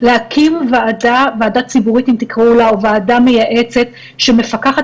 להקים ועדה ציבורית או ועדת מייעצת שמפקחת